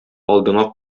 алдыңа